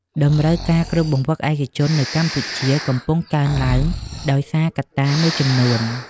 តម្រូវការគ្រូបង្វឹកឯកជននៅកម្ពុជាកំពុងកើនឡើងដោយសារកត្តាមួយចំនួន។